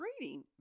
reading